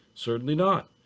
certainly not.